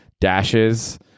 dashes